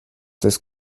des